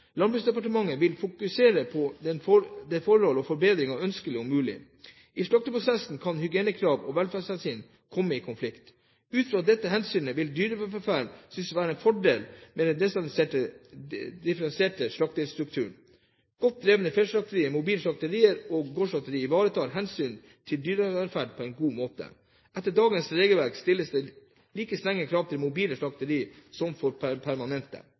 Landbruksdepartementet vil fokusere på en del forhold hvor forbedring er ønskelig og mulig: – I slakteprosessen kan hygienekrav og velferdshensyn komme i konflikt. – Ut fra hensynet til dyrevelferd synes det å være en fordel med en desentralisert og differensiert slakteristruktur. – Godt drevne feltslakterier, mobile slakterier og gårdsslakterier ivaretar hensynet til dyrevelferd på en god måte.» Etter dagens regelverk stilles det like strenge krav til mobile slakteri som for permanente.